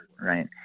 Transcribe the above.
Right